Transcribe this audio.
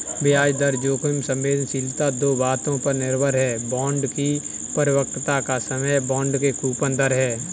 ब्याज दर जोखिम संवेदनशीलता दो बातों पर निर्भर है, बांड की परिपक्वता का समय, बांड की कूपन दर